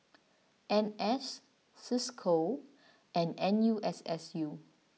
N S Cisco and N U S S U